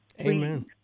Amen